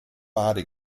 bade